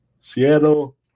Seattle